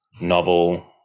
novel